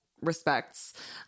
respects